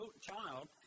child